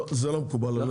זה לא מקובל עלינו.